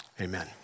Amen